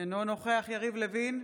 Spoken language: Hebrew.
אינו נוכח יריב לוין,